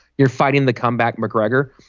you're fighting the comeback. mcgregor